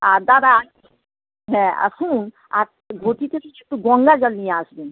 আর দাদা হ্যাঁ আর শুনুন আর ঘটিতে কি একটু গঙ্গা জল নিয়ে আসবেন